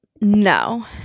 No